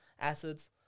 acids